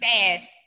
fast